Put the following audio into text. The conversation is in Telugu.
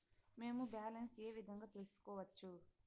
మేము బ్యాలెన్స్ ఏ విధంగా తెలుసుకోవచ్చు?